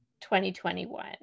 2021